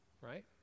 right